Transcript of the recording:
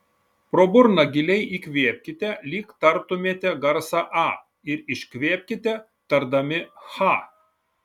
pro burną giliai įkvėpkite lyg tartumėte garsą a ir iškvėpkite tardami cha